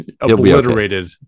obliterated